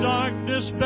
darkness